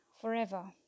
forever